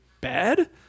bad